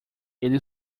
ele